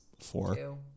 Four